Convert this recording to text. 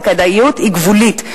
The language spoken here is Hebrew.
הכדאיות היא גבולית.